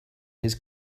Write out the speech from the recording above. his